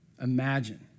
Imagine